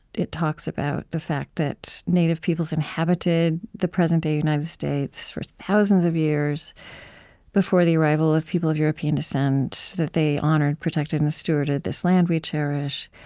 it talks about the fact that native peoples inhabited the present-day united states for thousands of years before the arrival of people of european descent. that they honored, protected, and stewarded this land we cherish.